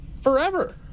forever